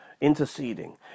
interceding